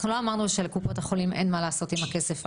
אנחנו לא אמרנו שלקופות החולים אין מה לעשות עם הכסף.